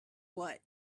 what